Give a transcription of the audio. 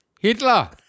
Hitler